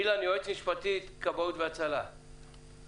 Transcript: אילן, יועמ"ש כבאות והצלה, בבקשה.